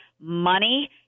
money